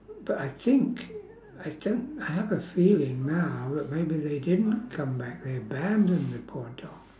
but I think I stem~ I have a feeling now that maybe they didn't come back they abandoned the poor dog